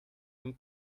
von